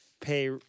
pay